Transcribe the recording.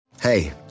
Hey